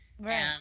Right